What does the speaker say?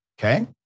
Okay